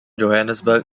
johannesburg